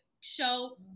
show